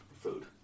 food